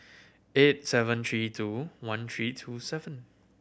eight seven three two one three two seven